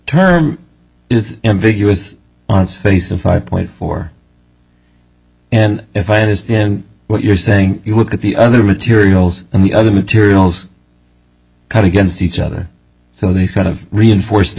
term is ambiguous on its face and five point four and if i understand what you're saying you look at the other materials and the other materials cut against each other so these kind of reinforce the